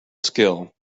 skill